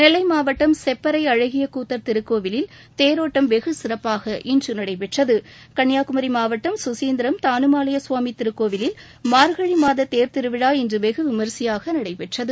நெல்லை மாவட்டம் செப்பறை அழகிய கூத்தர் திருக்கோயிலில் தேரோட்டம் வெகு விமரிசையாக இன்று நடைபெற்றது கன்னியாகுமி மாவட்டம் கசீந்திரம் தானுமாலய கவாமி திருக்கோவிலில் மாா்கழி மாத தேர்திருவிழா இன்று வெகு விமரிசையாக நடைபெற்றது